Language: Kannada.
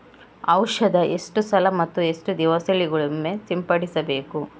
ಔಷಧ ಎಷ್ಟು ಸಲ ಮತ್ತು ಎಷ್ಟು ದಿವಸಗಳಿಗೊಮ್ಮೆ ಸಿಂಪಡಿಸಬೇಕು?